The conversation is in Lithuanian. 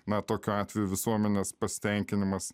na tokiu atveju visuomenės pasitenkinimas